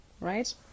Right